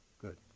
Good